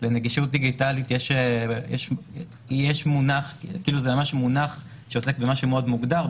נגישות דיגיטלית זה מונח שעוסק במשהו מאוד מוגדר,